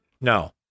no